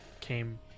came